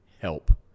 help